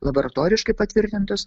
laboratoriškai patvirtintus